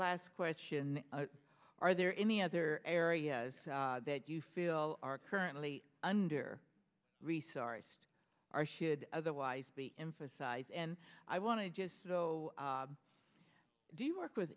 last question are there any other areas that you feel are currently under resourced are should otherwise be emphasized and i want to just so do you work with